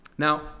Now